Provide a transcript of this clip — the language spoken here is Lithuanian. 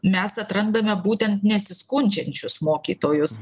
mes atrandame būtent nesiskundžiančius mokytojus